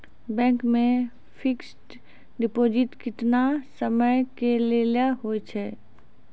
Bank मे fixed deposit केतना समय के लेली होय छै?